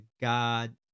God